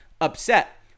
upset